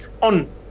on